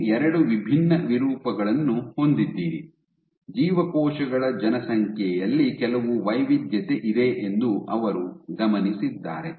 ನೀವು ಎರಡು ವಿಭಿನ್ನ ವಿರೂಪಗಳನ್ನು ಹೊಂದಿದ್ದೀರಿ ಜೀವಕೋಶಗಳ ಜನಸಂಖ್ಯೆಯಲ್ಲಿ ಕೆಲವು ವೈವಿಧ್ಯತೆ ಇದೆ ಎಂದು ಅವರು ಗಮನಿಸಿದ್ದಾರೆ